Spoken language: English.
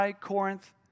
Corinth